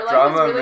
Drama